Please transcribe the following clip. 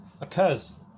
occurs